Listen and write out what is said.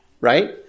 right